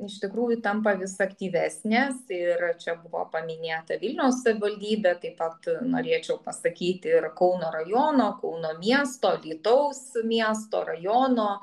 iš tikrųjų tampa vis aktyvesnės ir čia buvo paminėta vilniaus savivaldybė taip pat norėčiau pasakyti ir kauno rajono kauno miesto alytaus miesto rajono